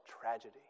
tragedy